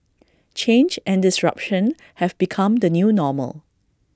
change and disruption have become the new normal